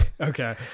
Okay